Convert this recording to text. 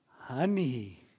honey